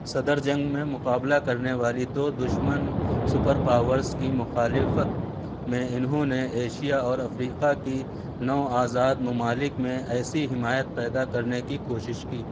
صدر جنگ میں مقابلہ کرنے والی دو دشمن سپر پاورس کی مخالفت میں انہوں نے ایشیا اور افریقہ کی نو آزاد ممالک میں ایسی حمایت پیدا کرنے کی کوشش کی